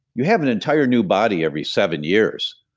you have an entire new body every seven years,